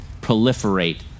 proliferate